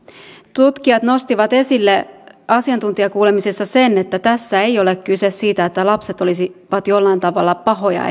tutkijat nostivat esille asiantuntijakuulemisessa sen että tässä ei ole kyse siitä että lapset olisivat jollain tavalla pahoja